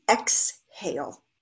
exhale